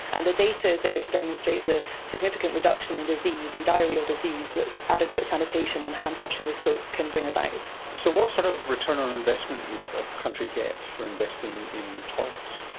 and the data is there to demonstrate the significant reduction in and diarrhoeal disease that adequate sanitation and hand washing with soap can bring about. so what sort of return on investment would a country get for investing in toilets?